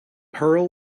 pearl